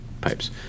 pipes